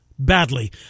Badly